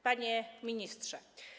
Panie Ministrze!